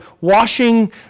washing